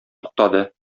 туктады